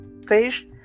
stage